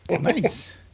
nice